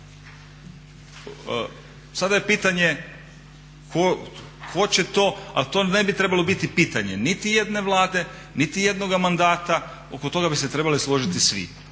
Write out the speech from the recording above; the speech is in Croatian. Sada je pitanje tko će to, ali to ne bi trebalo biti pitanje niti jedne Vlade, niti jednoga mandata, oko toga bi se trebali složiti svi.